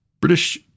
British